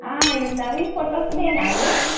ఇది నవీన్ ఫోటో స్టడియోనా అండి